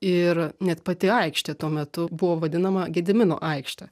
ir net pati aikštė tuo metu buvo vadinama gedimino aikšte